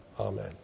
Amen